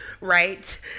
right